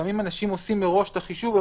לפעמים אנשים עושים מראש את החישוב: